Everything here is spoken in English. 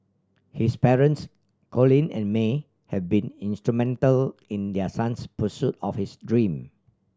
his parents Colin and May have been instrumental in their son's pursuit of his dream